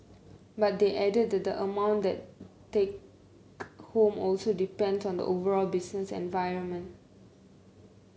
but they added that the amount they take home also depend on the overall business environment